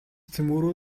цөмөөрөө